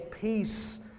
peace